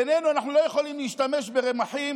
בינינו, אנחנו לא יכולים להשתמש ברמחים